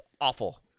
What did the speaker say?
awful